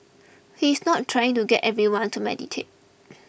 he is not trying to get everyone to meditate